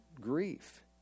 grief